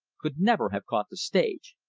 could never have caught the stage.